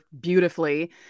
beautifully